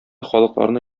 халыкларны